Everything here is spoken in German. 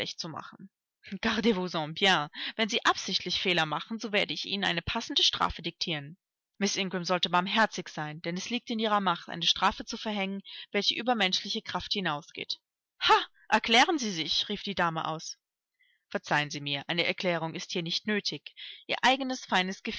zu machen gardez vous en bien wenn sie absichtlich fehler machen so werde ich ihnen eine passende strafe diktieren miß ingram sollte barmherzig sein denn es liegt in ihrer macht eine strafe zu verhängen welche über menschliche kraft hinausgeht ha erklären sie sich rief die dame aus verzeihen sie mir eine erklärung ist hier nicht nötig ihr eigenes feines